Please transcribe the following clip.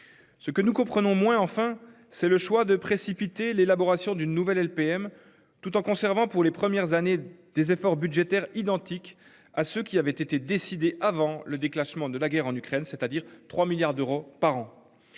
Ce que nous comprenons moins enfin c'est le choix de précipiter l'élaboration d'une nouvelle LPM, tout en conservant pour les premières années des efforts budgétaires identique à ce qui avait été décidé avant le déclenchement de la guerre en Ukraine, c'est-à-dire 3 milliards d'euros par an.